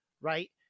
right